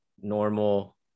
normal